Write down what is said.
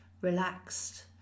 relaxed